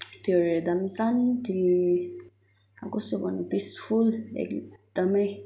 त्योहरू हेर्दा पनि शान्ति कस्तो भन्नु पिसफुल एकदमै